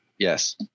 Yes